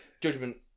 judgment